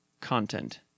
content